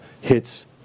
hits